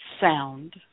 sound